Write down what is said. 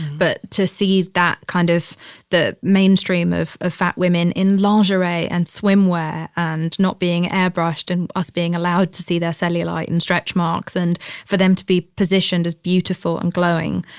but to see that kind of the mainstream of of fat women in lingerie and swimwear and not being airbrushed and us being allowed to see their cellulite and stretch marks and for them to be positioned as beautiful and glowing.